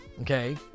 okay